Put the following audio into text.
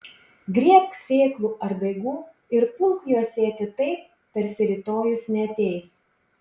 griebk sėklų ar daigų ir pulk juos sėti taip tarsi rytojus neateis